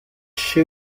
che